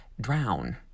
drown